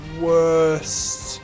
worst